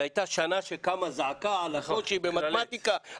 הייתה שנה שקמה זעקה על הקושי במתמטיקה.